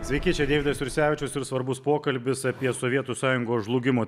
sveiki čia deividas jursevičius ir svarbus pokalbis apie sovietų sąjungos žlugimo